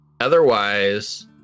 Otherwise